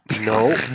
No